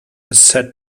set